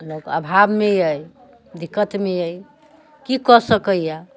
लोक अभावमे अहि दिक्कतमे अहि कि कऽ सकैए